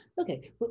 okay